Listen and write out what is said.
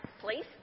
please